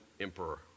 emperor